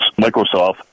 Microsoft